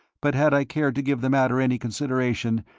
but had i cared to give the matter any consideration,